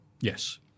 Yes